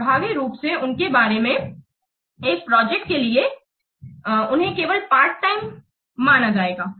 प्रभावी रूप से उनके बारे में एक प्रोजेक्ट के लिए उन्हें केवल पार्ट टाईम माना जाएगा